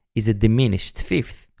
is a diminished fifth,